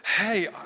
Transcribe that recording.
hey